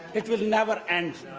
it would never end.